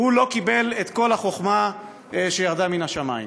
הוא לא קיבל את כל החוכמה שירדה מן השמים.